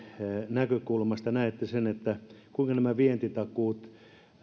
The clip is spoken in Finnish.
näkökulmasta näette sen palvelevatko nämä vientitakuut